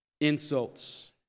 insults